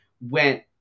went